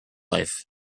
life